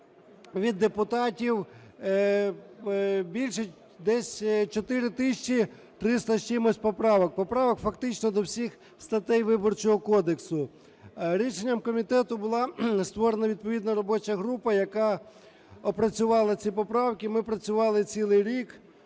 4 тисячі 300 з чимось поправок, поправок фактично до всіх статей Виборчого кодексу. Рішенням комітету була створена відповідна робоча група, яка опрацювала ці поправки. Ми працювали цілий рік.